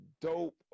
dope